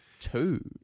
Two